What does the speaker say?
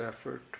effort